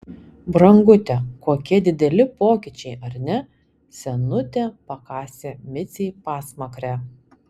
brangute kokie dideli pokyčiai ar ne senutė pakasė micei pasmakrę